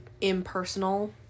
impersonal